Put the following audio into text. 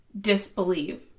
disbelieve